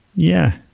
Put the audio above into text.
yeah,